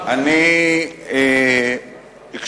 אני מתנצל,